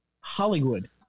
Hollywood